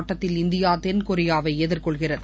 ஆட்டத்தில் இந்தியா தென்கொரியாவை எதிர்கொள்கிறது